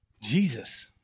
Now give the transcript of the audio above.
Jesus